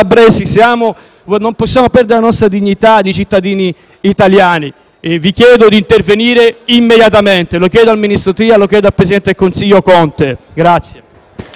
Non possiamo perdere la dignità di cittadini italiani. Vi chiedo di intervenire immediatamente. Lo chiedo al ministro Tria e al presidente del Consiglio Conte.